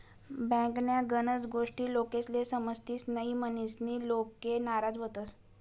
बँकन्या गनच गोष्टी लोकेस्ले समजतीस न्हयी, म्हनीसन लोके नाराज व्हतंस